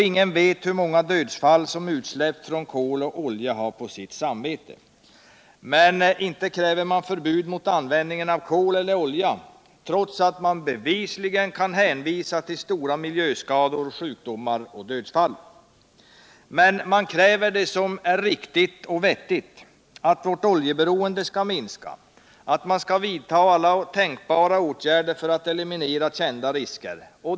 Ingen ver hur många dödsfall som utsläpp från kol och olja har på sitt samvete. Men inte kräver man förbud mot användningen av kol eller olja, trots att man bevisligen kan hänvisa till stora miljöskador, sjukdomar och dödsfall. Man kräver det som är riktigt och vettigt — att vårt oljeberoende skall minska. att vi skall vidta alla tänkbara åtgärder för aut eliminera kända risker.